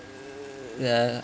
ya